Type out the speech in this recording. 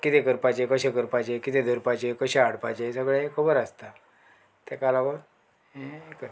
कितें करपाचें कशें करपाचें कितें धरपाचें कशें हाडपाचें सगळें खबर आसता तेका लागोन हें करता